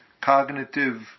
cognitive